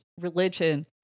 religion